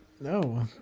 No